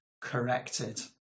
corrected